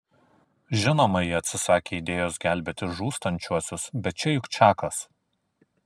žinoma ji atsisakė idėjos gelbėti žūstančiuosius bet čia juk čakas